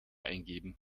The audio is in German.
eingeben